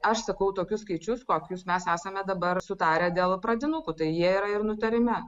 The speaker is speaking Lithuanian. aš sakau tokius skaičius kokius mes esame dabar sutarę dėl pradinukų tai jie yra ir nutarime